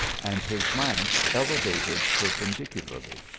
and his lance elevated perpendicularly.